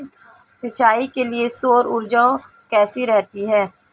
सिंचाई के लिए सौर ऊर्जा कैसी रहती है?